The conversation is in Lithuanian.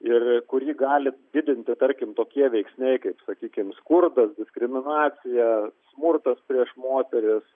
ir kurį gali didinti tarkim tokie veiksniai kaip sakykim skurdas diskriminacija smurtas prieš moteris